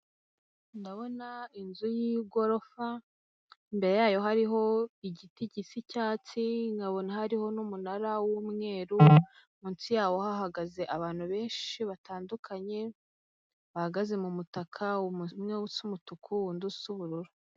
Ndabona inzu y'igorofa imbere yayo hariho igiti gisi icyatsi nkabona hariho n'umunara w'umweru munsi yawo hahagaze abantu benshi batandukanye, bahagaze mu mutaka umwe usa umutuku undi usa ubururu.